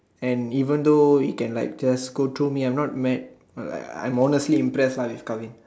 and even though he can like just go through me I'm not mad uh like I'm honestly impressed lah with Karvin